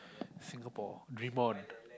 Singapore dream on